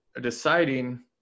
deciding